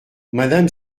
madame